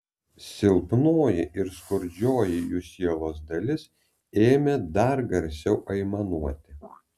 silpnoji ir skurdžioji jų sielos dalis ėmė dar garsiau aimanuoti